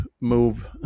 move